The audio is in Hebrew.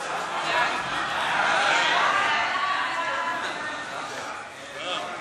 ההצעה להעביר את